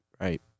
Right